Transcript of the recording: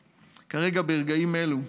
כרגע, ברגעים אלו,